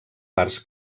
parts